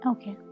Okay